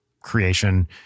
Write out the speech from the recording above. creation